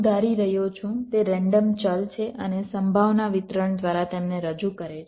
હું ધારી રહ્યો છું તે રેન્ડમ ચલ છે અને સંભાવના વિતરણ દ્વારા તેમને રજૂ કરે છે